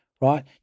right